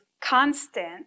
constant